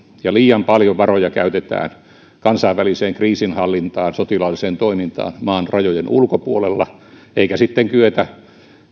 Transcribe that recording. ja liian paljon varoja käytetään kansainväliseen kriisinhallintaan sotilaalliseen toimintaan maan rajojen ulkopuolella eikä sitten kyetä